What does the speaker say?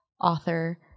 author